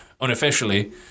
unofficially